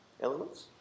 Elements